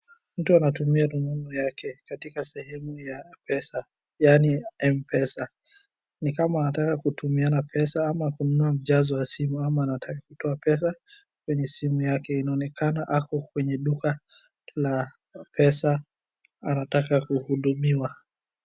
Mtu anatumia rununu yake katika sehemu ya pesa, yaani, M-pesa. Ni kama anataka kutumiana pesa, ama kununua mjazo ya simu, ama anataka kutoa pesa, kwenye simu yake. Inaonekana ako kwenye duka la pesa anataka kuhudumiwa.